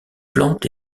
plante